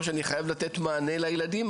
ואני חושב שאנחנו עלינו על זה באמצע הדיון פה,